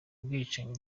ubwicanyi